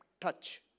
touch